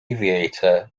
aviator